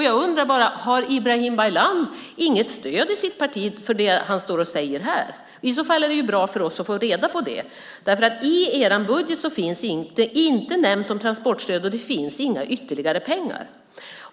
Jag undrar bara om Ibrahim Baylan inte har något stöd i sitt parti för det som han står och säger här. I så fall är det bra för oss att få reda på det. I er budget finns det nämligen ingenting nämnt om transportstöd, och det finns inga ytterligare pengar.